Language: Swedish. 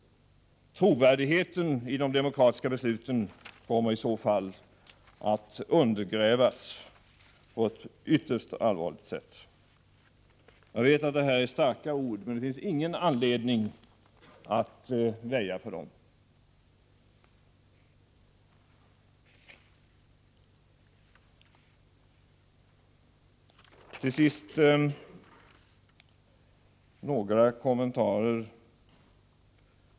Trovärdigheten i de demokratiska besluten kommer i så fall att undergrävas på ett ytterst allvarligt sätt. Jag vet att det här är starka ord, men det finns ingen anledning att väja för dem. Några ytterigare kommentarer.